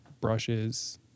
brushes